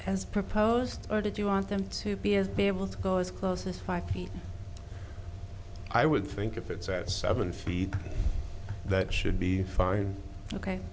has proposed or did you want them to be is be able to go as close as five feet i would think if it's at seven feet that should be fine ok